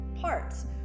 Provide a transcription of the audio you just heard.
parts